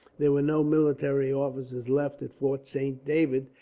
there were no military officers left at fort saint david,